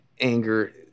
anger